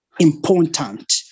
important